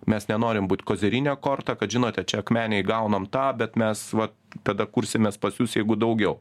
mes nenorim būt kozerine kortą kad žinote čia akmenėj gaunam tą bet mes va tada kursimės pas jus jeigu daugiau